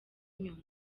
nyuma